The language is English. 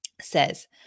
says